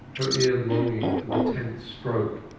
her ear longing for the tenth stroke.